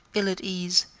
ill at ease,